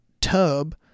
tub